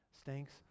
stinks